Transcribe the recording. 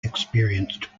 experienced